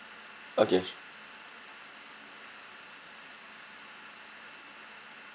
okay